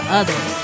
others